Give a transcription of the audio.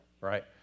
right